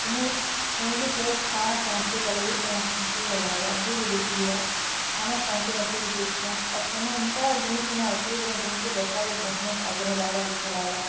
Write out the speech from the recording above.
ହେନୁ ଫ୍ୟାମିଲି ସହିତ୍ ଏକା ସମସ୍ତେ ଗଲେ ବି ସମସ୍ତଙ୍କୁ ଭଲ୍ ଲାଗ୍ବା ଯିଏ ବି ଦେଖିଯିବା ଆମେ ସମସ୍ତେ ମିଶିକି ଯାଇଥିଲୁଁ ଆଉ ସେନୁ ଏନ୍ତା ଜିନିଷ୍ମାନେ ଅଛେ ତମ୍କୁ ଦେଖବାକେ ବହୁତ୍ ଆଗ୍ରହ ଲାଗ୍ବା ଇଚ୍ଛା ଲାଗ୍ବା